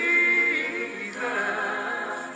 Jesus